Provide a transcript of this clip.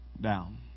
down